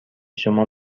شما